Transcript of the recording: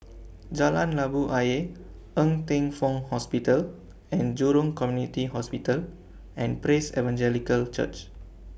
Jalan Labu Ayer Ng Teng Fong Hospital and Jurong Community Hospital and Praise Evangelical Church